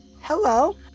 Hello